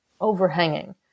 overhanging